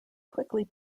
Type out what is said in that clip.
quickly